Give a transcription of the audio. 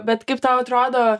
bet kaip tau atrodo